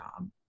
job